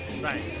right